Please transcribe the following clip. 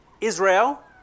Israel